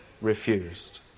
refused